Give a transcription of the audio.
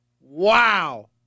Wow